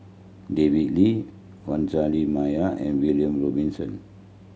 David Lee Vanessa Mae and William Robinson